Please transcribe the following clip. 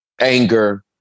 anger